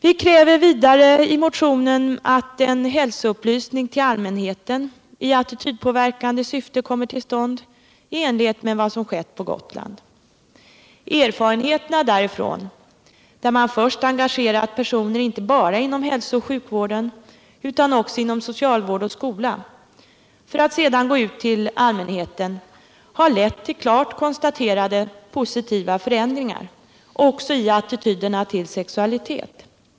Vi kräver vidare i motionen att en hälsoupplysning till allmänheten i attitydpåverkande syfte kommer till stånd i enlighet med vad som skett på Gotland. Erfarenheterna därifrån, där man först engagerat personer inte bara inom hälsooch sjukvården utan också inom socialvård och skola, för att sedan gå ut till allmänheten, har lett till klart konstaterade positiva förändringar också i attityderna till sexualitet.